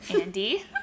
Andy